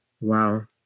Wow